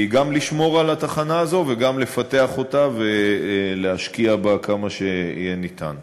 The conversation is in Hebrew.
היא גם לשמור על התחנה הזאת וגם לפתח אותה ולהשקיע בה כמה שיהיה ניתן.